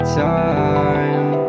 time